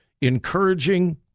encouraging